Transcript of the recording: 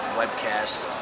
webcast